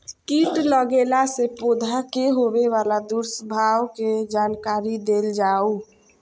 कीट लगेला से पौधा के होबे वाला दुष्प्रभाव के जानकारी देल जाऊ?